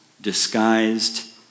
disguised